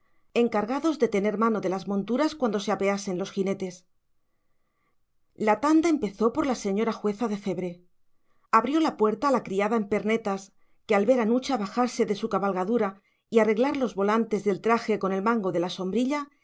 encargados de tener mano de las monturas cuando se apeasen los jinetes la tanda empezó por la señora jueza de cebre abrió la puerta la criada en pernetas que al ver a nucha bajarse de su cabalgadura y arreglar los volantes del traje con el mango de la sombrilla